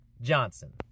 Johnson